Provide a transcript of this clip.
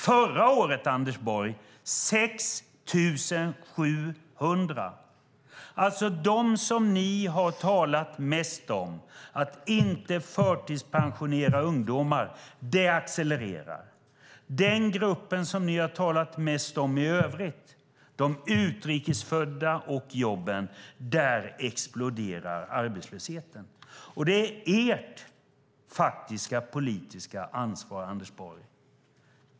Förra året, Anders Borg, var det 6 700. Ni har talat mest om att inte förtidspensionera ungdomar, men det accelererar. I den grupp som ni har talat mest om i övrigt, de utrikes födda, exploderar arbetslösheten. Det är ert faktiska politiska ansvar, Anders Borg.